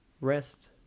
rest